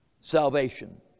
salvation